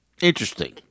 Interesting